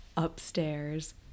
upstairs